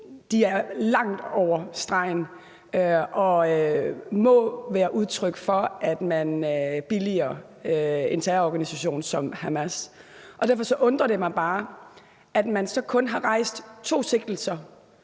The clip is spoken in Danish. går langt over stregen og må være udtryk for, at man billiger en terrororganisation som Hamas. Og derfor undrer det mig bare, at man så kun har rejst to sigtelser,